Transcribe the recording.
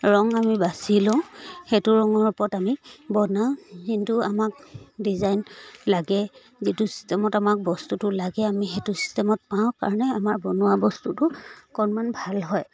ৰং আমি বাছি লওঁ সেইটো ৰঙৰ ওপৰত আমি বনাওঁ যোনটো আমাক ডিজাইন লাগে যিটো চিষ্টেমত আমাক বস্তুটো লাগে আমি সেইটো চিষ্টেমত পাওঁ কাৰণে আমাৰ বনোৱা বস্তুটো অকণমান ভাল হয়